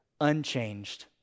unchanged